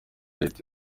leta